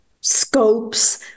scopes